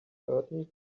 thirty